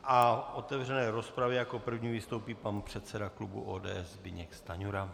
A v otevřené rozpravě jako první vystoupí pan předseda klubu ODS Zbyněk Stanjura.